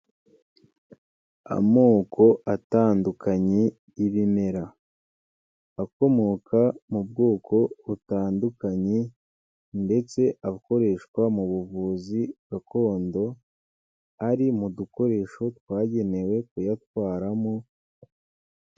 Amoko atandukanye y'ibimera, akomoka mu bwoko butandukanye ndetse akoreshwa mu buvuzi gakondo ari mu dukoresho twagenewe kuyatwaramo.